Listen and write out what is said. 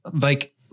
like-